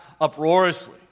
uproariously